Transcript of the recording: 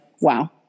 wow